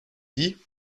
dit